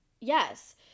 yes